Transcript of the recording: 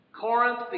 Corinth